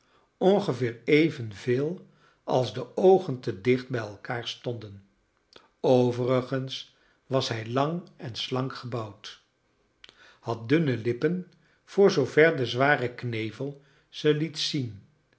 ongeveer evenveel als de oogen te dicht bij elkaar stonden overigens was hij lang en slank gebouwd had dunne lippen voor zoover de zware knevel ze liet zien